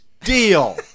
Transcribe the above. deal